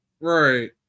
Right